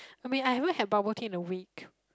I mean I haven't had bubble tea in a week